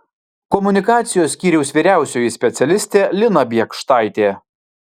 komunikacijos skyriaus vyriausioji specialistė lina biekštaitė